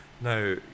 Now